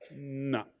No